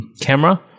camera